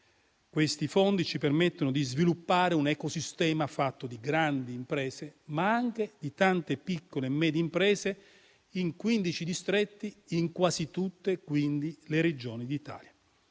Questi fondi ci permettono di sviluppare un ecosistema fatto di grandi imprese, ma anche di tante piccole e medie imprese, in 15 distretti, quindi in quasi tutte le Regioni d'Italia.